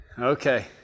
Okay